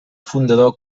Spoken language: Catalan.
fundador